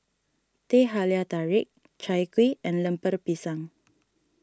Teh Halia Tarik Chai Kuih and Lemper Pisang